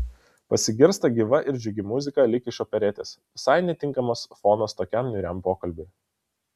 pasigirsta gyva ir džiugi muzika lyg iš operetės visai netinkamas fonas tokiam niūriam pokalbiui